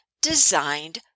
designed